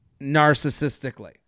narcissistically